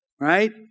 Right